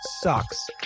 sucks